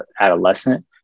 adolescent